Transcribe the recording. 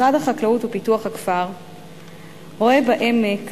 משרד החקלאות ופיתוח הכפר רואה בעמק